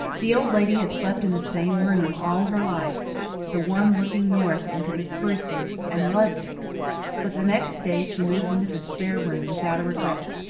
the old lady had slept in the same room all her life the one looking north into the spruces and loved it but the next day she moved into the spare room without a regret.